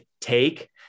take